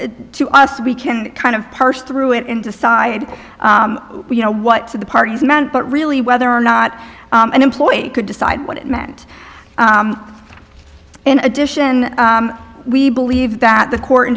not to us we can kind of parse through it and decide you know what to the parties meant but really whether or not an employee could decide what it meant in addition we believe that the court in